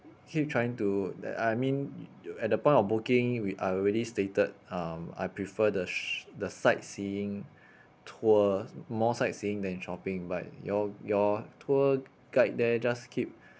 keep trying to uh I mean at the point of booking we I already stated um I prefer the the sightseeing tour more sightseeing then shopping but your your tour guide there just keep